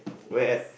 where at